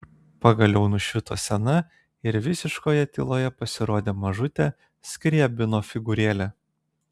pagaliau nušvito scena ir visiškoje tyloje pasirodė mažutė skriabino figūrėlė